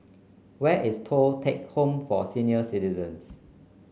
where is Thong Teck Home for Senior Citizens